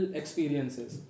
experiences